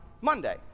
Monday